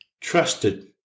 trusted